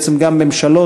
ובעצם גם ממשלות,